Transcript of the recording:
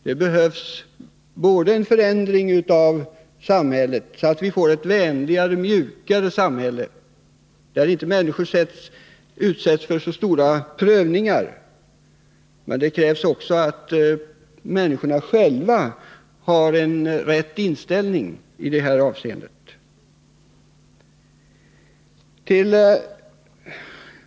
Det behövs en förändring av samhället, så att vi får ett vänligare och mjukare samhälle, där människor inte utsätts för så stora prövningar. Men det krävs också att människorna själva har en riktig inställning i det här avseendet.